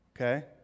Okay